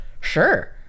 sure